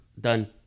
Done